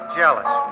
jealous